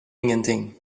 ingenting